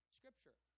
scripture